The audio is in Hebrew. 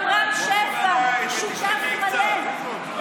חברי חבר הכנסת רם שפע, שבי בבית ותשתקי קצת.